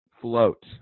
Float